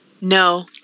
No